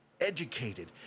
educated